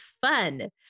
fun